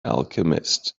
alchemist